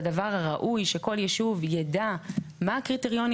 זה הדבר הראוי שכל יישוב יידע מה הקריטריונים